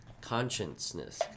Consciousness